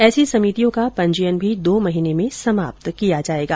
ऐसी समितियों का पंजीयन भी दो महीने में समाप्त किया जाएगा